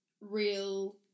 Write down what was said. real